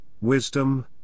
wisdom